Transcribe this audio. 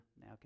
now